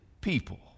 people